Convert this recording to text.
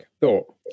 thought